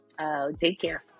daycare